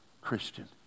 Christian